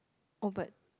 oh but